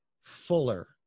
fuller